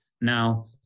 Now